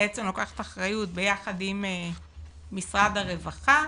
לוקחת אחריות ביחד עם משרד הרווחה,